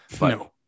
No